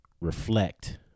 reflect